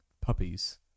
puppies